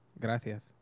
Gracias